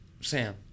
Sam